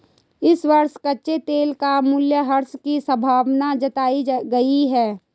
इस वर्ष कच्चे तेल का मूल्यह्रास की संभावना जताई गयी है